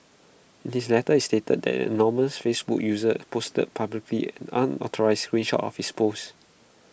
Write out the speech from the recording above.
in his letter he stated that an anonymous Facebook user posted publicly an unauthorised screen shot of his post